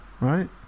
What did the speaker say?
right